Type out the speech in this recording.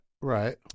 Right